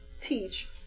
teach